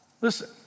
Listen